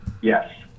Yes